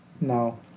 No